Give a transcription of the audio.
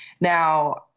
Now